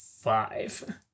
five